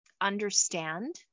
understand